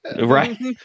Right